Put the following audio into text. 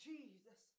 Jesus